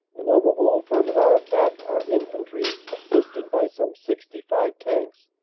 and on the whole front of our attack our infantry, a sisted by some sixty five tanks,